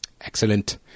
Excellent